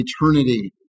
eternity